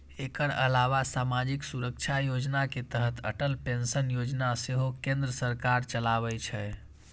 एकर अलावा सामाजिक सुरक्षा योजना के तहत अटल पेंशन योजना सेहो केंद्र सरकार चलाबै छै